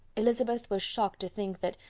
elizabeth was shocked to think that,